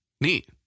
neat